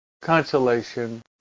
consolation